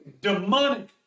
demonic